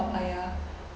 papaya